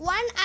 One